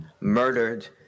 murdered